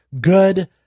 good